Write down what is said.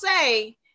say